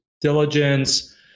diligence